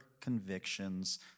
convictions